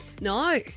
No